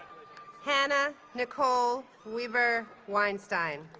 hannah nicole weber weinstein